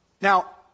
Now